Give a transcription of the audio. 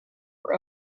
her